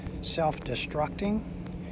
self-destructing